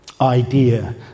idea